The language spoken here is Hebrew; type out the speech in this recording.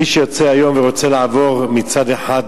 מי שיוצא היום ורוצה לעבור מצד אחד